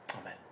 Amen